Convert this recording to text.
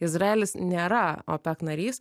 izraelis nėra opec narys